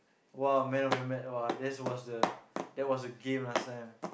!wah! man of the man !wah! that's was the that's was the game last time